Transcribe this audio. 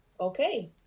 okay